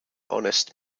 honest